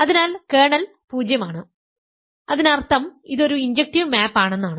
അതിനാൽ കേർണൽ 0 ആണ് അതിനർത്ഥം ഇത് ഒരു ഇൻജെക്റ്റീവ് മാപ്പ് ആണെന്നാണ്